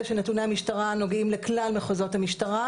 זה שנתוני המשטרה נוגעים לכלל מחוזות המשטרה,